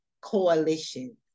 coalition